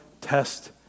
test